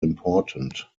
important